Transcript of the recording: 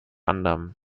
anderem